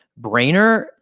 Brainer